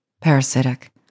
parasitic